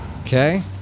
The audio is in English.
Okay